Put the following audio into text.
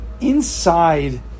inside